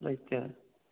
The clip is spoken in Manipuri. ꯂꯩꯇꯦ